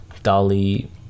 Dolly